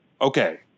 Okay